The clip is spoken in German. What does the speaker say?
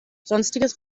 sonstiges